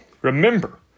remember